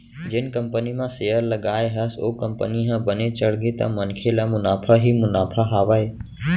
जेन कंपनी म सेयर लगाए हस ओ कंपनी ह बने चढ़गे त मनखे ल मुनाफा ही मुनाफा हावय